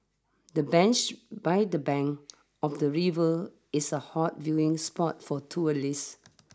the bench by the bank of the river is a hot viewing spot for tourists